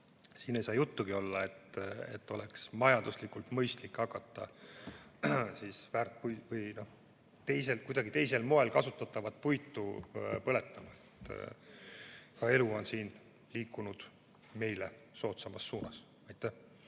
siis ei saa juttugi olla, et oleks majanduslikult mõistlik hakata kuidagi teisel moel kasutatavat puitu põletama. Ka elu on siin liikunud meile soodsamas suunas. Aitäh!